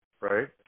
right